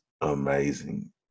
amazing